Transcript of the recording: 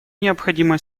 необходимо